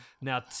Now